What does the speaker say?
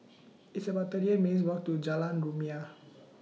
It's about thirty eight minutes' Walk to Jalan Rumia